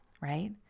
right